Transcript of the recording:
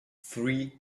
three